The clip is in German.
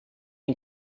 ein